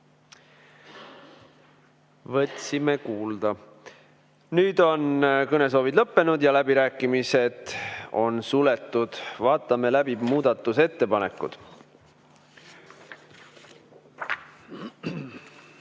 Võtsime kuulda. Nüüd on kõnesoovid lõppenud ja läbirääkimised suletud. Vaatame läbi muudatusettepanekud.